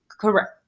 correct